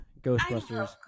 Ghostbusters